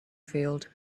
field